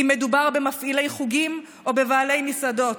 אם מדובר במפעילי חוגים או בבעלי מסעדות.